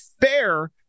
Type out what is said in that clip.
fair